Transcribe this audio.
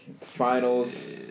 Finals